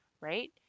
right